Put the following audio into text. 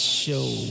show